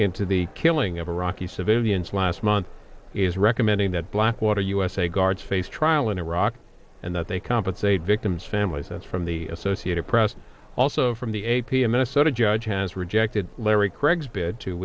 into the killing of iraqi civilians last month is recommending that blackwater usa guards face trial in iraq and that they compensate victims families that's from the associated press and also from the a p a minnesota judge has rejected larry